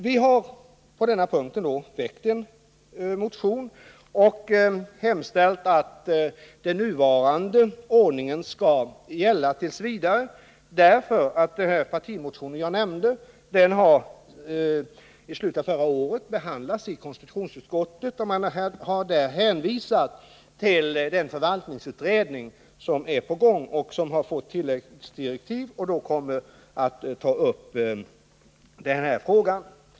Vi har på denna punkt väckt en motion och hemställt att den nuvarande ordningen skall gälla t. v. Den partimotion som jag nämnde behandlades nämligen i slutet av förra året i konstitutionsutskottet, och man har där hänvisat till den förvaltningsutredning som pågår; den har fått tilläggsdirektiv och kommer att ta upp den här frågan.